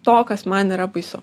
to kas man yra baisu